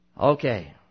Okay